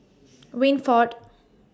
Winford